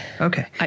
Okay